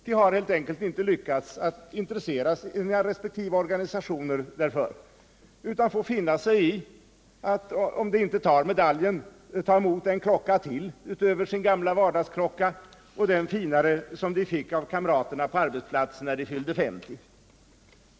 De har helt enkelt inte lyckats intressera sina resp. organisationer därför utan får finna sig i att — om de inte tar medaljen — ta emot en klocka till utöver sin gamla vardagsklocka och den finare som de fick av kamraterna på arbetsplatsen, när de fyllde 50 år.